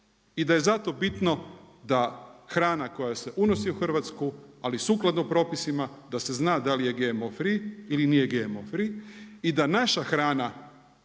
i da je zato bitno da hrana koja se unosi u Hrvatsku, ali sukladno propisima da se zna da li je GMO free ili nije GMO free i da naša hrana